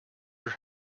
your